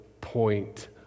point